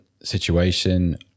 situation